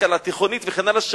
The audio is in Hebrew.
השכלה תיכונית וכן הלאה,